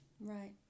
right